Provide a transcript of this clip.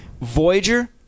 Voyager